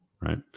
Right